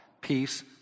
peace